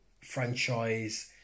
franchise